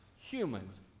humans